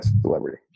celebrity